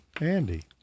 Andy